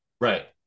Right